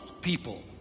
people